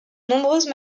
nombreuses